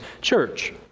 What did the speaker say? church